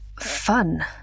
fun